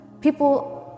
people